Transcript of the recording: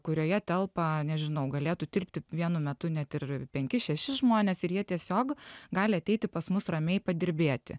kurioje telpa nežinau galėtų tilpti vienu metu net ir penkis šešis žmones ir jie tiesiog gali ateiti pas mus ramiai padirbėti